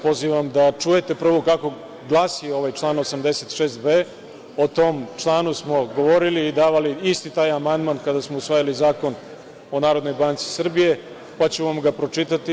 Pozivam vas da čujete prvo kako glasi ovaj član 86b. O tom članu smo govorili i davali isti taj amandman kada smo usvajali Zakon o NBS, pa ću vam ga pročitati.